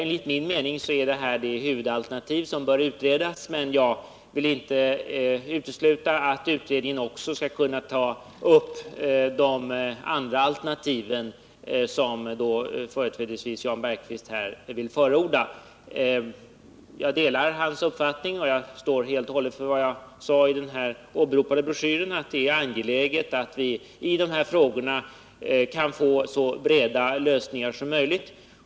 Enligt min mening är det här det huvudalternativ som bör utredas, men jag vill inte utesluta att utredningen också skall kunna ta upp de andra alternativ som Jan Bergqvist vill förorda. Jag delar hans uppfattning, och jag står helt och hållet för vad jag sade i den åberopade broschyren, nämligen att det är angeläget att vi i de här frågorna kan få så breda lösningar som möjligt.